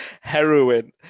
heroin